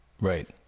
Right